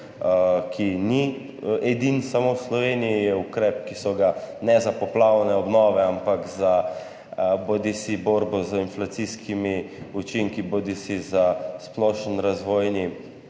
ki ni samo v Sloveniji, je ukrep, ki so ga ne za poplavne obnove, ampak za bodisi borbo z inflacijskimi učinki bodisi za splošen razvojni